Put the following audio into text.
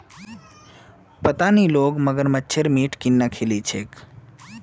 पता नी लोग मगरमच्छेर मीट केन न खइ ली छेक